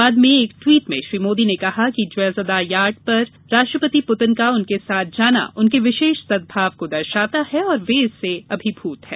बाद में एक ट्वीट में श्री मोदी ने कहा कि ज्वेजदा यार्ड तक राष्ट्रपति पुतिन का उनके साथ जाना उनके विशेष सद्भाव को दर्शाता है और वे इससे अभिभूत हैं